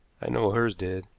i know hers did.